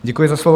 Děkuji za slovo.